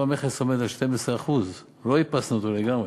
המכס עומד על 12%. לא איפסנו אותו לגמרי.